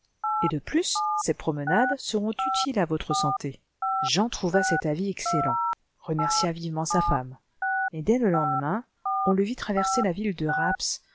et de plus ces promenades seront utiles à votre santé jean trouva cet avis excellent remercia vivement sa femme et dès le lendemain on le vit traverser la ville de rapps